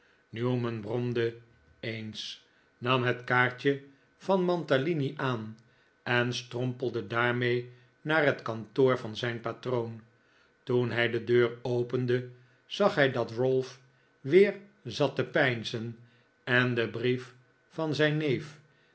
newman bromde eens nam het kaartje van mantalini aan en strompelde daarmee naar het kantoor van zijn patroon toen hij de deur opende zag hij dat ralph weer zat te peinzen en den brief van zijn neef